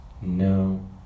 no